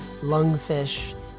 Lungfish